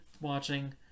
watching